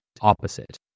opposite